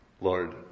Lord